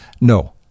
no